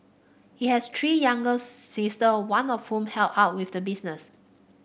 he has three younger sister one of whom help out with the business